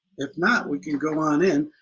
if not we can go on in.